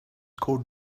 called